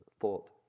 thought